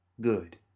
Good